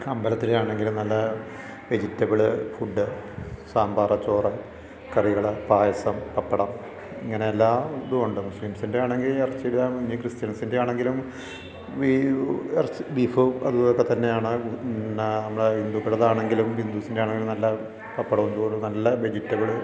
അമ്പലത്തിൽ ആണെങ്കിലും നല്ല വെജിറ്റബിള് ഫുഡ് സാമ്പാറ് ചോറ് കറികള് പായസം പപ്പടം ഇങ്ങനെ എല്ലാ ഇതും ഉണ്ട് മുസ്ലിംസിൻ്റെ ആണെങ്കിൽ ഇറച്ചി കാണും ഇനി ക്രിസ്ത്യൻസിൻ്റെ ആണെങ്കിലും ഈ ഇറച്ചി ബീഫും അതും ഇതു ഒക്കെ തന്നെയാണ് എന്നാൽ നമ്മുടെ ഹിന്ദുക്കളുടെ ആണെങ്കിലും ഹിന്ദുസിൻ്റെ ആണെങ്കിലും നല്ല പപ്പടവും ചോറും നല്ല വെജിറ്റബിള്